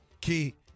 Key